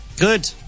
Good